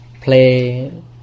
play